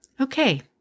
Okay